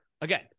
again